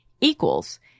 equals